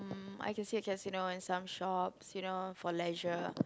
um I can see a casino and some shops you know for leisure